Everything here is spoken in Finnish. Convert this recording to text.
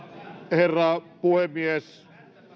herra puhemies